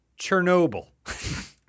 Chernobyl